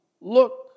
Look